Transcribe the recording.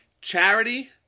Charity